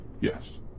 Yes